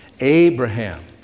Abraham